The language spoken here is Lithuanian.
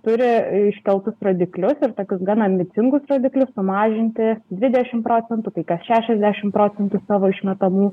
turi iškeltus rodiklius ir tokius gan ambicingus rodiklius pamažinti dvidešim procentų kai kas šešiasdešim procentų savo išmetamų